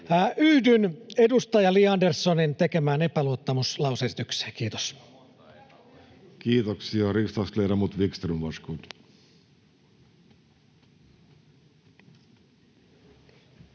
Yhdyn edustaja Li Anderssonin tekemään epäluottamuslause-esitykseen. — Kiitos.